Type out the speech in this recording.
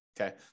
Okay